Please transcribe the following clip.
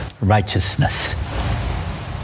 righteousness